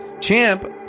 champ